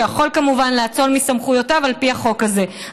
שיכול כמובן לאצול מסמכויותיו על פי החוק הזה,